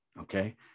okay